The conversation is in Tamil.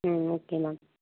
ம் ஓகே மேம்